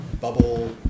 bubble